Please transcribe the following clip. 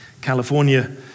California